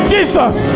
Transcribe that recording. Jesus